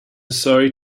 sorry